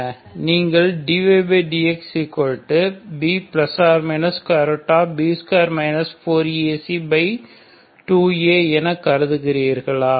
நீங்கள் dydxB±B2 4AC2A என கருதுகிறீர்களா